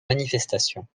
manifestations